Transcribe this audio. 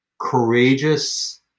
courageous